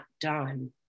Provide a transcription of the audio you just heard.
done